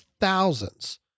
thousands